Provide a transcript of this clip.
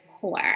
core